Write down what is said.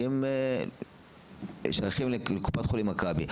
כי הם שייכים לקופת חולים מכבי,